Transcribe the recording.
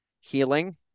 healing